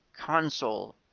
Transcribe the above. console